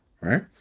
Right